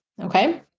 okay